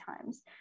times